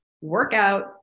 workout